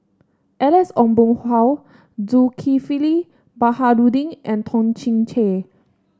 Alex Ong Boon Hau Zulkifli Baharudin and Toh Chin Chye